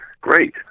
Great